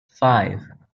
five